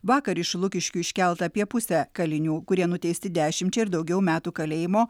vakar iš lukiškių iškelta apie pusę kalinių kurie nuteisti dešimčiai ar daugiau metų kalėjimo